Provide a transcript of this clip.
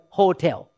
hotel